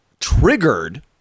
triggered